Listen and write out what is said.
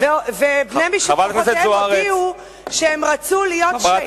בני משפחותיהם הודיעו שהם רוצים להיות שהידים.